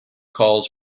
calls